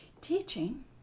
teaching